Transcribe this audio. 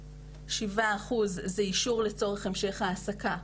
7% זה אישור לצורך המשך העסקה,